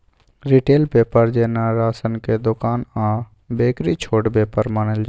retail बेपार जेना राशनक दोकान आ बेकरी छोट बेपार मानल जेतै